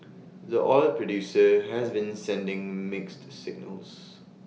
the oil producer has been sending mixed signals